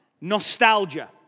nostalgia